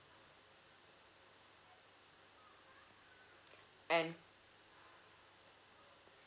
and